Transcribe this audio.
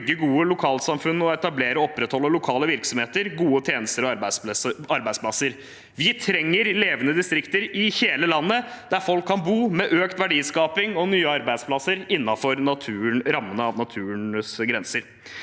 bygge gode lokalsamfunn og etablere og opprettholde lokale virksomheter, gode tjenester og arbeidsplasser. Vi trenger levende distrikter i hele landet, der folk kan bo, med økt verdiskaping og nye arbeidsplasser innenfor rammene av naturens grenser.